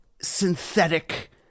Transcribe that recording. synthetic